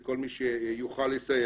את כל מי שיוכל לסייע,